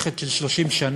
טעות מתמשכת של 30 שנה,